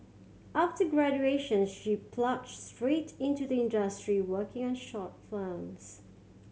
after graduation she plunged straight into the industry working on short films